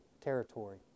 territory